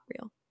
real